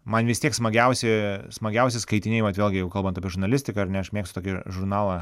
man vis tiek smagiausi smagiausi skaitiniai vat vėlgi jeigu kalbant apie žurnalistiką ar ne aš mėgstu tokį žurnalą